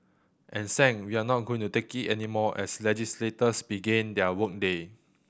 and Sang we're not going to take it anymore as legislators began their work day